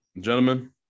Gentlemen